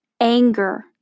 Anger